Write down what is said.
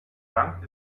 bank